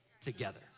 together